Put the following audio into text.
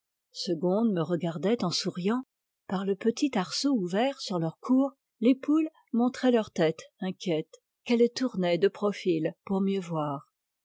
segonde me regardait en souriant par le petit arceau ouvert sur leur cour les poules montraient leur tête inquiète qu'elles tournaient de profil pour mieux voir